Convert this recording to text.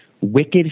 wicked